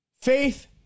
Faith